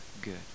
good